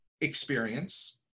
experience